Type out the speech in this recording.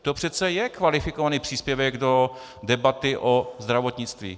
To přece je kvalifikovaný příspěvek do debaty o zdravotnictví.